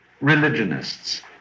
religionists